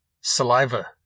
Saliva